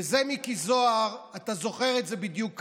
ואת זה, מיקי זוהר, אתה זוכר בדיוק כמוני,